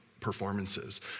performances